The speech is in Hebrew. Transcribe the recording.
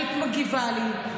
היית מגיבה לי,